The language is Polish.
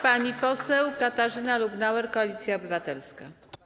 Pani poseł Katarzyna Lubnauer, Koalicja Obywatelska.